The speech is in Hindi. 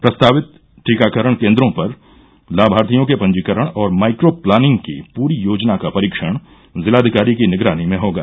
प्रस्तावित टीकाकरण केन्द्रों पर लाभार्थियों के पंजीकरण और माइक्रोप्लानिंग की पूरी योजना का परीक्षण जिलाधिकारी की निगरानी में होगा